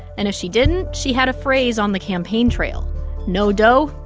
and if she didn't, she had a phrase on the campaign trail no dough,